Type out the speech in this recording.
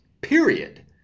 period